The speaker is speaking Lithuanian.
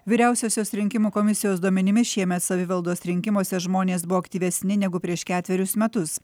vyriausiosios rinkimų komisijos duomenimis šiemet savivaldos rinkimuose žmonės buvo aktyvesni negu prieš ketverius metus